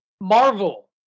Marvel